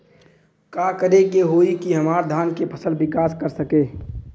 का करे होई की हमार धान के फसल विकास कर सके?